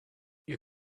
you